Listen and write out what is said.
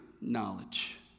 knowledge